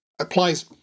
applies